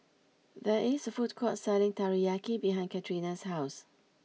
there is a food court selling Teriyaki behind Catrina's house